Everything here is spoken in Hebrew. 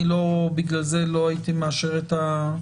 אני לא בגלל זה לא הייתי מאשר את התקנות,